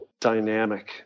dynamic